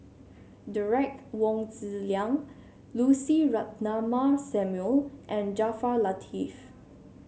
Derek Wong Zi Liang Lucy Ratnammah Samuel and Jaafar Latiff